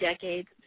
decades